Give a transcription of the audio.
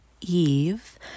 eve